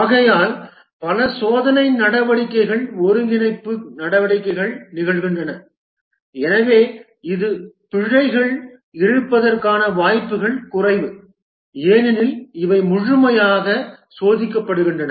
ஆகையால் பல சோதனை நடவடிக்கைகள் ஒருங்கிணைப்பு நடவடிக்கைகள் நிகழ்கின்றன எனவே இது பிழைகள் இருப்பதற்கான வாய்ப்புகள் குறைவு ஏனெனில் இவை முழுமையாக சோதிக்கப்படுகின்றன